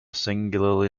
singularly